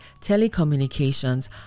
telecommunications